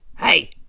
hey